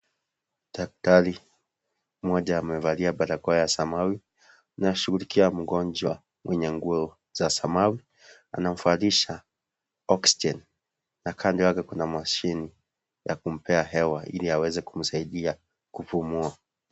Daktari, mmoja amevalia barakoa ya Samawi na anashughulikia mgonjwa. Mwenye nguo za Samawi, anamvalisha oxygen na kando yake kuna mashini ya kumpea hewa ili aweze kumsaidia kupumua.